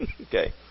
Okay